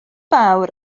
fawr